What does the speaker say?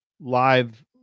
live